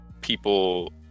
people